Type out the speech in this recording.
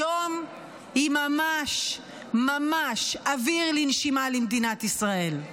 היום היא ממש ממש אוויר לנשימה למדינת ישראל.